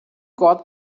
got